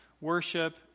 worship